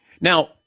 Now